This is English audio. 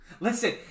Listen